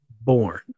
born